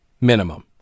minimum